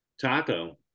taco